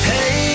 Hey